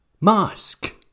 mask